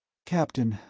captain,